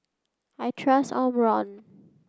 I trust Omron